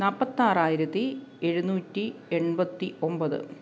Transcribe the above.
നാൽപ്പത്താറായിരത്തി എഴുന്നൂറ്റി എൺപത്തി ഒൻപത്